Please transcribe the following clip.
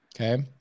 Okay